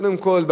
קודם כול,